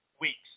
weeks